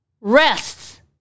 rests